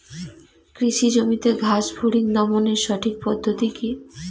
কৃষি জমিতে ঘাস ফরিঙ দমনের সঠিক পদ্ধতি কি?